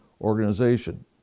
organization